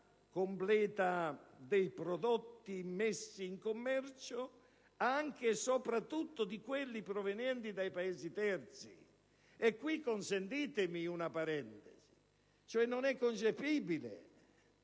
completa dei prodotti immessi in commercio, anche e soprattutto di quelli provenienti dai Paesi terzi. E qui consentitemi una parentesi: non è concepibile